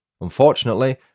Unfortunately